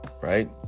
right